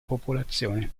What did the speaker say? popolazione